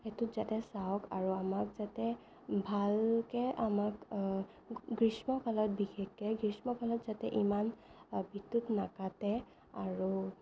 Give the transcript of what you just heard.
সেইটো যাতে চাওক আমাক যাতে ভালকৈ আমাক গ্ৰীষ্মকালত বিশেষকৈ গ্ৰীষ্মকালত যাতে ইমান বিদ্যুৎ নাকাটে আৰু